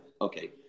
Okay